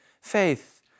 faith